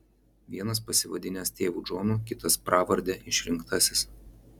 vienas pasivadinęs tėvu džonu kitas pravarde išrinktasis